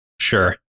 sure